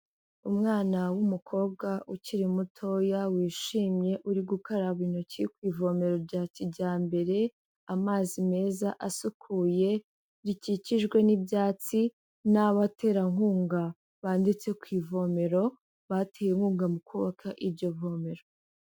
Umwana w'umukobwa ukiri mutoya wishimye, uri gukaraba intoki ku ivomero rya kijyambere amazi meza asukuye. Rikikijwe n'ibyatsi, n'abaterankunga banditse ku ivomero batewe inkunga mu kubaka iryo ivomero.